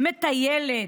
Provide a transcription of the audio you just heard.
מטיילת,